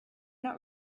not